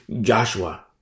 Joshua